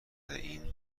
این